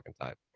type